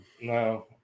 No